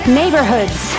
neighborhoods